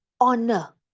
honor